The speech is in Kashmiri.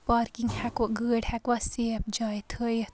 پارکِنٛگ ہیٚکو گٲڑۍ ہیٚکوا سیف جایہِ تھٲوِتھ